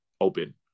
open